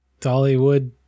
Dollywood